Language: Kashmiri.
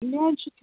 مےٚ حظ چھِ